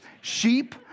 Sheep